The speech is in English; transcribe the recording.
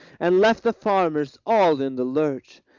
and left the farmers all in the lurch.